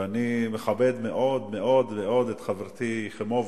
ואני מכבד מאוד מאוד מאוד את חברתי יחימוביץ.